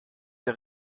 der